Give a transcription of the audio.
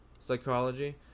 Psychology